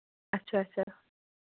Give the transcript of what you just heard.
اَچھا اَچھا